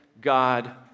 God